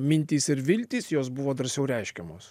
mintys ir viltys jos buvo drąsiau reiškiamos